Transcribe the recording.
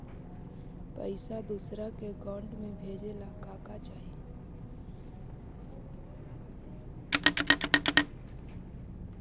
पैसा दूसरा के अकाउंट में भेजे ला का का चाही?